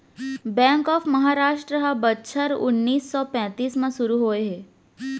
bank of Maharashtra ह बछर उन्नीस सौ पैतीस म सुरू होए हे